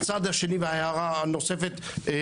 הצד השני וההערה הנוספת,